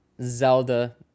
Zelda